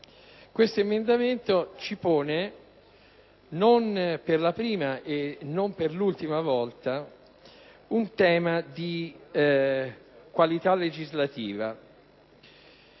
questo emendamento ci pone di fronte, non per la prima né per l'ultima volta, ad un tema di qualità legislativa.